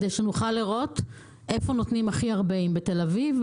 כדי שנוכל לראות איפה נותנים הכי הרבה אם בתל אביב,